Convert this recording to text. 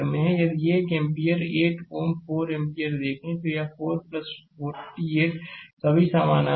यदि 1 ampere 8 Ω 4 ampere देखें तो यह 4 4 8 Ω सभी समानान्तर हैं